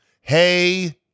Hey